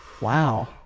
Wow